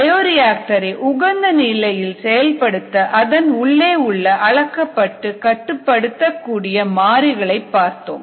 பயோரியாக்டர்ஐ உகந்த நிலையில் செயல்படுத்த அதன் உள்ளே உள்ள அளக்கப்பட்டு கட்டுப்படுத்தக்கூடிய மாறிகளை பார்த்தோம்